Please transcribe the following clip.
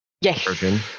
Yes